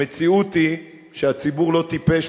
המציאות היא שהציבור לא טיפש,